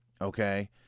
okay